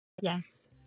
Yes